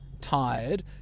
tired